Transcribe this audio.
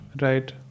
right